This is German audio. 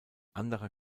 anderer